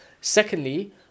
Secondly